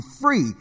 free